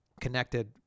connected